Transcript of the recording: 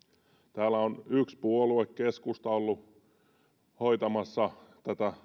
täällä on yksi puolue keskusta ollut hoitamassa